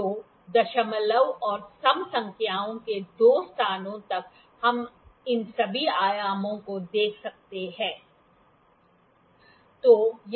तो दशमलव और सम संख्याओं के दो स्थानों तक हम इन सभी आयामों को देख सकते हैं